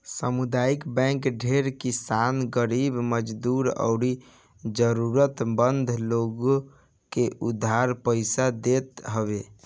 सामुदायिक बैंक ढेर किसान, गरीब मजदूर अउरी जरुरत मंद लोग के उधार पईसा देत हवे